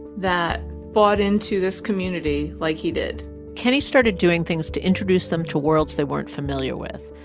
that bought into this community like he did kenney started doing things to introduce them to worlds they weren't familiar with,